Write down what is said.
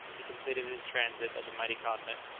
he completed his transit of the mighty continent.